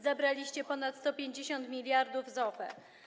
Zabraliście ponad 150 mld zł z OFE.